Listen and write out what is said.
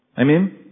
Amen